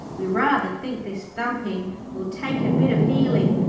we rather think this thumping will take a bit of healing.